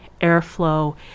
airflow